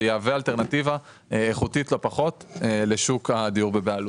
שיהווה אלטרנטיבה איכותית לא פחות לשוק הדיור בבעלות.